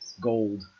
gold